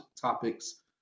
topics